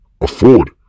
afford